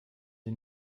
sie